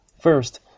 First